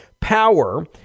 power